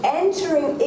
entering